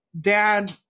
dad